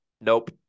Nope